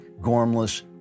gormless